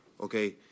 Okay